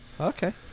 Okay